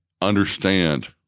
understand